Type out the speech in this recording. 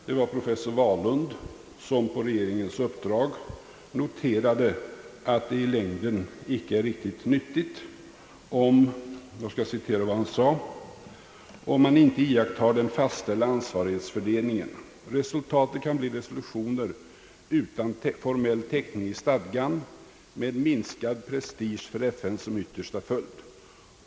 Det var professor Wahlund som på regeringens uppdrag noterade att det i längden inte är riktigt nyttigt, »om man inte iakttar den fastställda ansvarighetsfördelningen resultatet i stället kan bli resolutioner utan formell täckning i stadgan — med minskad prestige för FN som yttersta följd».